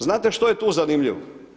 Znate što je tu zanimljivo?